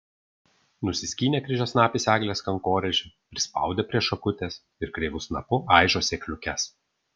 nusiskynė kryžiasnapis eglės kankorėžį prispaudė prie šakutės ir kreivu snapu aižo sėkliukes